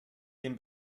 dem